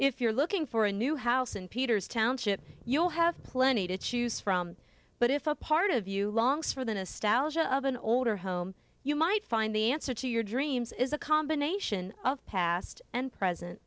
if you're looking for a new house in peters township you'll have plenty to choose from but if a part of you longs for than a stallion of an older home you might find the answer to your dreams is a combination of past and present